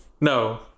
No